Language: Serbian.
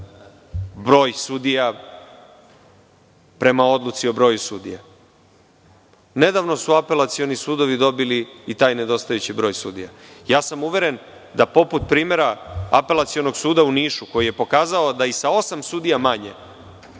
broj sudija prema odluci o broju sudija. Nedavno su Apelacioni sudovi dobili i taj nedostajući broj sudija. Uveren sam da poput primera Apelacionog suda u Nišu koji je pokazao da i sa osam sudija manje